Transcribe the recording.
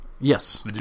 yes